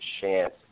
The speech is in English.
chance